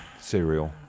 cereal